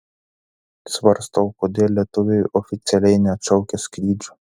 svarstau kodėl lietuviai oficialiai neatšaukia skrydžių